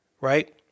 Right